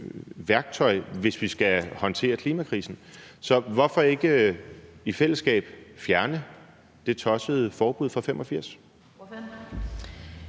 værktøj, hvis vi skal håndtere klimakrisen? Så hvorfor ikke i fællesskab fjerne det tossede forbud fra 1985?